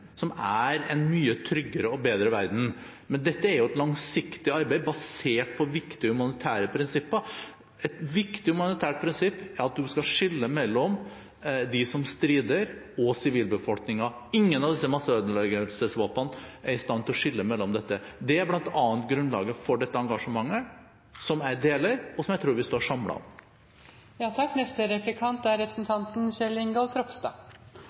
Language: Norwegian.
som er en mye tryggere og bedre verden. Dette er et langsiktig arbeid basert på viktige humanitære prinsipper. Et viktig humanitært prinsipp er at man skal skille mellom dem som strider, og sivilbefolkningen. Ingen av disse masseødeleggelsesvåpnene er i stand til å skille mellom disse. Det er blant annet grunnlaget for dette engasjementet, som jeg deler, og som jeg tror vi står